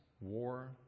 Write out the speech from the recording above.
war